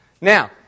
Now